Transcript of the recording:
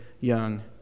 young